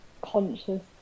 conscious